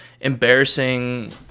embarrassing